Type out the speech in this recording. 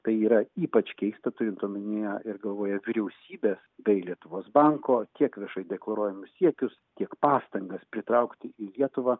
tai yra ypač keista turint omenyje ir galvoje vyriausybės bei lietuvos banko tiek viešai deklaruojamus siekius tiek pastangas pritraukti į lietuvą